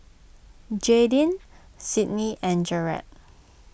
Jaidyn Sydney and Jered